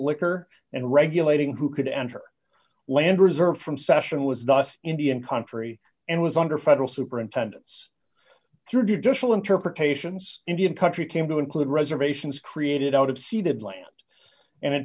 liquor and regulating who could enter land reserved from session was dust indian country and was under federal superintendents through digital interpretations indian country came to include reservations created out of seated land and in